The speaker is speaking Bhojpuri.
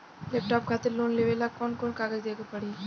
लैपटाप खातिर लोन लेवे ला कौन कौन कागज देवे के पड़ी?